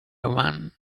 one